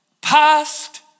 past